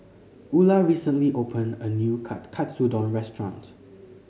Ula recently opened a new Katsudon Restaurant